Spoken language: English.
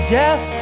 death